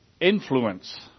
influence